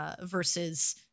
versus